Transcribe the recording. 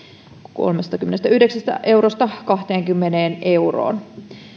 kolmestakymmenestäyhdeksästä eurosta kahteenkymmeneen euroon